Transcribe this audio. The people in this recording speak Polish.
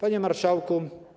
Panie Marszałku!